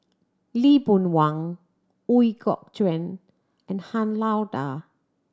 Lee Boon Wang Ooi Kok Chuen and Han Lao Da